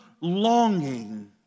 longing